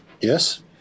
Yes